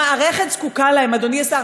המערכת זקוקה להם, אדוני השר.